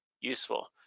useful